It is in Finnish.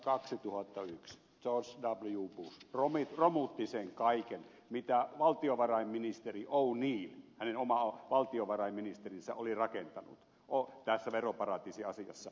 bush romutti sen kaiken mitä valtiovarainministeri oneill hänen oma valtiovarainministerinsä oli rakentanut tässä veroparatiisiasiassa